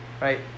right